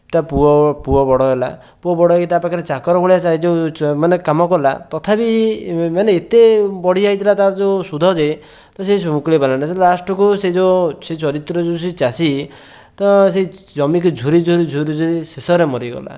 ତା ପୁଅ ପୁଅ ବଡ଼ ହେଲା ପୁଅ ବଡ଼ ହୋଇକି ତା ପାଖରେ ଚାକର ଭଳିଆ ଯେଉଁ ମାନେ କାମ କଲା ତଥାପି ମାନେ ଏତେ ବଢ଼ିଯାଇଥିଲା ତା'ର ଯେଉଁ ସୁଧ ଯେ ତ ସେ ମୁକୁଳାଇପାରିଲାନି ତ ସେ ଲାଷ୍ଟ୍କୁ ସେ ଯେଉଁ ସେ ଚରିତ୍ର ଯେଉଁ ସେ ଚାଷୀ ତ ସେ ଜିମିକୁ ଝୁରିଝୁରି ଝୁରିଝୁରି ଶେଷରେ ମରିଗଲା